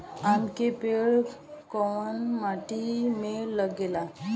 आम के पेड़ कोउन माटी में लागे ला?